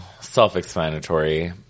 Self-explanatory